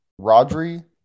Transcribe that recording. rodri